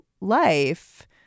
life